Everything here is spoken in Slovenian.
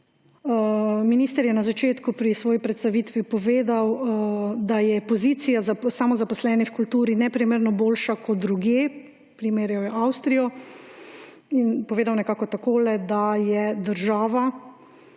minister je na začetku pri svoji predstavitvi povedal, da je pozicija za samozaposlene v kulturi neprimerno boljša kot drugje, primerjal jo je z Avstrijo, in povedal nekako takole, da je država